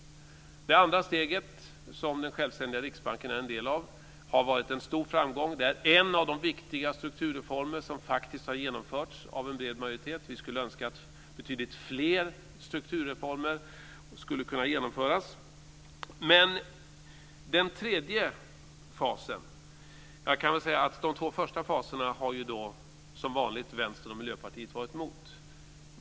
Det andra steget, som riksbankens självständighet är en del av, har varit en stor framgång - en av de viktiga strukturreformer som har genomförts av en bred majoritet. Vi skulle önska att betydligt fler strukturreformer skulle kunna genomföras. Den tredje fasen har Vänstern och Miljöpartiet som vanligt, liksom när det gällt de två första stegen, varit emot.